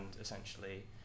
essentially